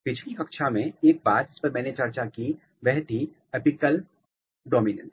पिछली कक्षा में एक बात जिस पर मैंने चर्चा की वह थी अपिकल डोमिनेंस